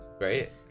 right